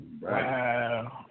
Wow